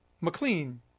McLean